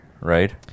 right